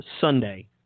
Sunday